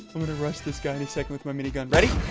i'm gonna rush this guy in a second with my minigun ready